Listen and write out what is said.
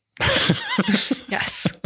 Yes